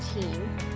team